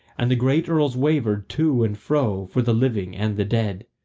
and the great earls wavered to and fro for the living and the dead.